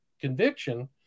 conviction